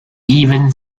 even